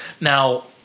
Now